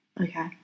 Okay